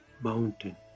mountain